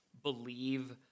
Believe